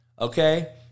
Okay